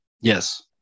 Yes